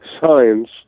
science